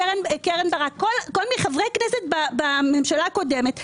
קרן ברק, חברי כנסת בממשלה הקודמת שאמרו: